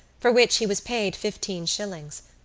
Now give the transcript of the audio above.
for which he was paid fifteen shillings.